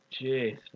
Jeez